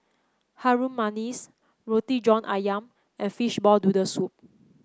Harum Manis Roti John ayam and Fishball Noodle Soup